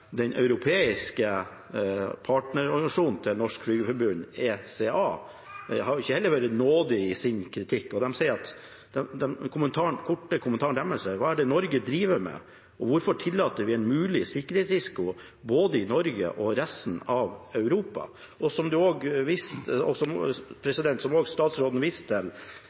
Norsk Flygerforbund, ECA, har heller ikke vært nådig i sin kritikk. Deres korte kommentar er: Hva er det Norge driver med? Hvorfor tillater vi en mulig sikkerhetsrisiko, både i Norge og i resten av Europa? Som